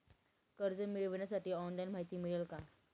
कर्ज मिळविण्यासाठी ऑनलाइन माहिती मिळेल का?